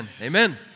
Amen